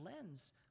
lens